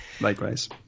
Likewise